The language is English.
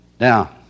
Now